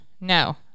no